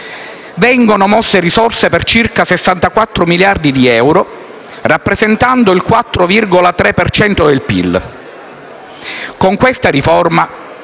Vengono mosse risorse per circa 64 miliardi di euro, rappresentando il 4,3 per cento del PIL. Con questa riforma,